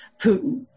Putin